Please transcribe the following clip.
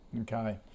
okay